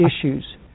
issues